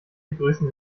begrüßen